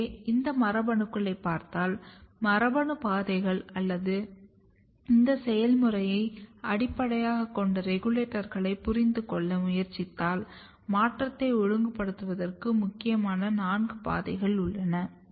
எனவே இந்த மரபணுக்களைப் பார்த்து மரபணு பாதைகள் அல்லது இந்த செயல்முறையை அடிப்படையாகக் கொண்ட ரெகுலேட்டர்களைப் புரிந்துகொள்ள முயற்சித்தால் மாற்றத்தை ஒழுங்குபடுத்துவதற்கு முக்கியமான நான்கு பாதைகள் உள்ளன